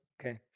Okay